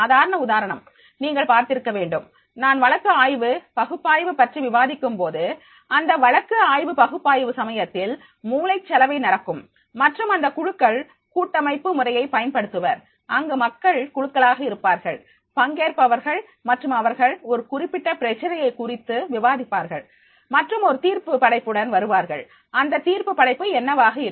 சாதாரண உதாரணம் நீங்கள் பார்த்திருக்க வேண்டும் நான் வழக்கு ஆய்வு பகுப்பாய்வு பற்றி விவாதிக்கும்போது அந்த வழக்கு ஆய்வு பகுப்பாய்வு சமயத்தில் மூளைச்சலவை நடக்கும் மற்றும் அந்தக் குழுக்கள் கூட்டமைப்பு முறையை பயன்படுத்துவர் அங்கு மக்கள் குழுக்களாக இருப்பார்கள் பங்கேற்பவர்கள் மற்றும் அவர்கள் ஒரு குறிப்பிட்ட பிரச்சினை குறித்து விவாதிப்பார்கள் மற்றும் ஒரு தீர்ப்பு படைப்புடன் வருவார்கள் அந்தத் தீர்ப்பு படைப்பு என்னவாக இருக்கும்